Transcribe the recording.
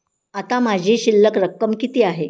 आता माझी शिल्लक रक्कम किती आहे?